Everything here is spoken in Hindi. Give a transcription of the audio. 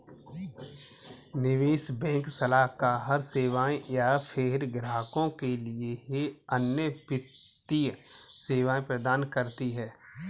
निवेश बैंक सलाहकार सेवाएँ या फ़िर ग्राहकों के लिए अन्य वित्तीय सेवाएँ प्रदान करती है